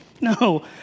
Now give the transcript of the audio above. No